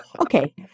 okay